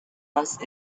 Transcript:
must